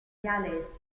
viale